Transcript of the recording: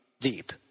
deep